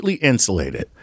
insulated